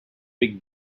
big